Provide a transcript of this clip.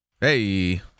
Hey